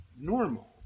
normal